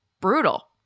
brutal